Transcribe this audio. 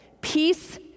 Peace